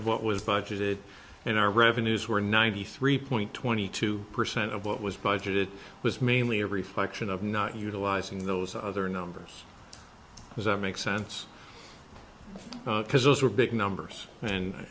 of what was budgeted in our revenues were ninety three point twenty two percent of what was budget it was mainly every function of not utilizing those other numbers that make sense because those were big numbers and